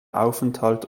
aufenthalt